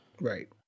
Right